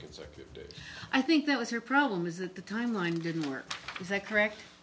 consecutive days i think that was your problem is that the timeline didn't work is that correct